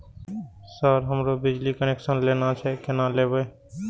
Sir हमरो बिजली connection लेना छे केना लेबे?